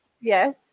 yes